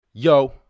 yo